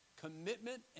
commitment